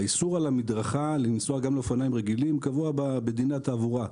האיסור על המדרכה לנסוע גם לאופניים רגילים קבוע בדיני התעבורה.